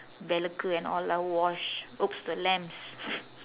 விலக்கு:vilakku and all lah wash !oops! the lamps